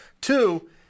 Two –